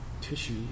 tissue